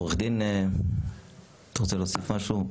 אתה רוצה להוסיף משהו?